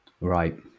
Right